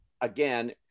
again